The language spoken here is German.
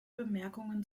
bemerkungen